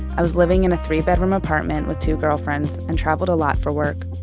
i was living in a three-bedroom apartment with two girlfriends and traveled a lot for work.